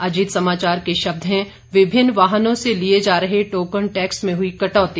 अजीत समाचार के शब्द हैं विभिन्न वाहनों से लिए जा रहे टोकन टैक्स में हुई कटौती